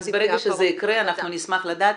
אז ברגע שזה יקרה אנחנו נשמח לדעת.